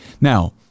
Now